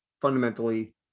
fundamentally